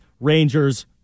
Rangers